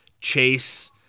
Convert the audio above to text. Chase